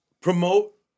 promote